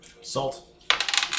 Salt